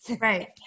Right